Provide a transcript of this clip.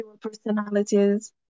personalities